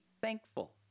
thankful